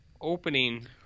opening